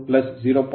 712 0